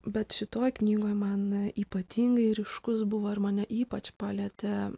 bet šitoj knygoj man ypatingai ryškus buvo ir mane ypač palietė